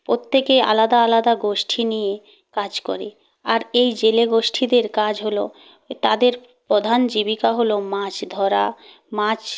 প্রত্যেকে আলাদা আলাদা গোষ্ঠী নিয়ে কাজ করে আর এই জেলে গোষ্ঠীদের কাজ হলো তাদের প্রধান জীবিকা হলো মাছ ধরা মাছ